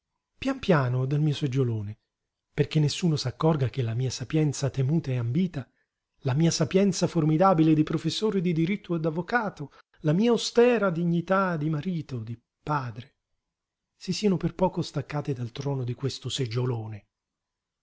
pian piano dal mio seggiolone perché nessuno s'accorga che la mia sapienza temuta e ambita la mia sapienza formidabile di professore di diritto e d'avvocato la mia austera dignità di marito di padre si siano per poco staccate dal trono di questo seggiolone